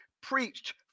preached